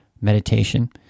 meditation